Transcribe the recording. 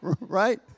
Right